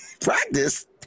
Practice